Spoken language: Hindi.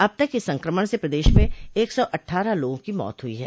अब तक इस संक्रमण से प्रदेश में एक सौ अट्ठारह लोगों की मौत हुई है